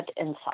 inside